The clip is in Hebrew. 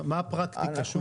מה הפרט שוב פעם.